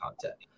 content